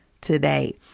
today